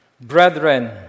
brethren